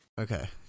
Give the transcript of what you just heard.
okay